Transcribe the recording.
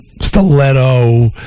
stiletto